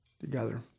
together